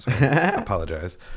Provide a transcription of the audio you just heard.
apologize